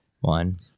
One